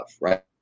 right